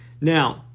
now